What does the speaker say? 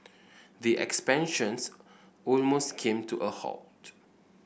the expansions almost came to a halt